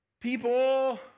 people